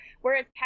whereas